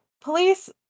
police